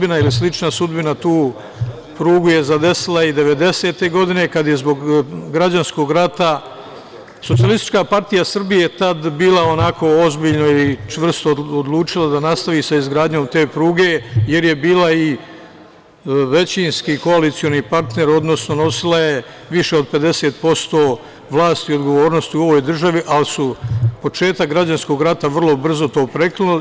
Ista ili slična sudbina tu prugu je zadesila i 1990. godine, kada je zbog građanskog rada SPS tada bila onako ozbiljno ili čvrsto odlučila da nastavi sa izgradnjom te pruge, jer je bila i većinski koalicioni partner, odnosno nosila je više od 50% vlasti i odgovornosti u ovoj državi, ali je početak građanskog rata to vrlo brzo prekinuo.